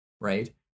right